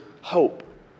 hope